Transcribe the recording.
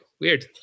Weird